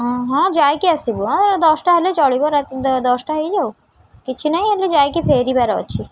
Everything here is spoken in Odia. ହଁ ହଁ ଯାଇକି ଆସିବୁ ଦଶଟା ହେଲେ ଚଳିବ ଦଶଟା ହେଇଯାଉ କିଛି ନାହିଁ ହେଲେ ଯାଇକି ଫେରିବାର ଅଛି